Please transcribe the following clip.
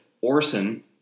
Orson